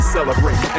Celebrate